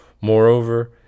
Moreover